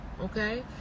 okay